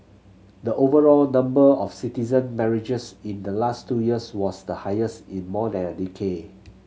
the overall number of citizen marriages in the last two years was the highest in more than a decade